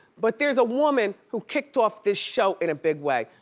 but there's a woman who kicked off this show in a big way.